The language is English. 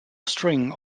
string